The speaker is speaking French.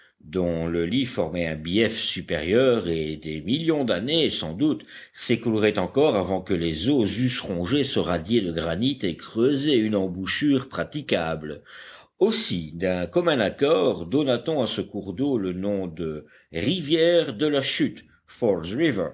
dont le lit formait un bief supérieur et des millions d'années sans doute s'écouleraient encore avant que les eaux eussent rongé ce radier de granit et creusé une embouchure praticable aussi d'un commun accord donna-t-on à ce cours d'eau le nom de rivière de la chute